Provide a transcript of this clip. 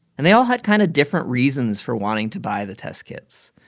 and they all had kind of different reasons for wanting to buy the test kits.